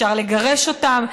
אפשר לגרש אותם,